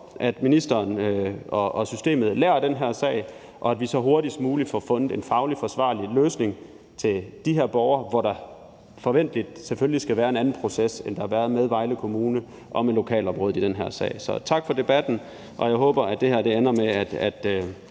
at ministeren og systemet lærer af den her sag, og at vi så hurtigst muligt får fundet en fagligt forsvarlig løsning til de her borgere, hvor der forventelig selvfølgelig skal være en anden proces, end der har været med Vejle Kommune og med lokalområdet i den her sag. Så tak for debatten, og jeg håber, at det her ender med, at